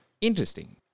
Interesting